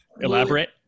Elaborate